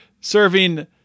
serving